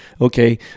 okay